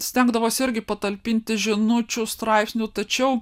stengdavosi irgi patalpinti žinučių straipsnių tačiau